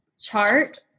chart